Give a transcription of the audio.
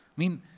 mean,